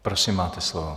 Prosím, máte slovo.